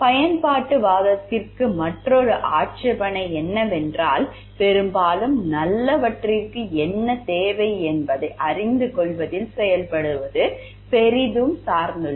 பயன்பாட்டுவாதத்திற்கு மற்றொரு ஆட்சேபனை என்னவென்றால் பெரும்பாலான நல்லவற்றிற்கு என்ன தேவை என்பதை அறிந்துகொள்வதில் செயல்படுத்துவது பெரிதும் சார்ந்துள்ளது